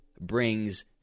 brings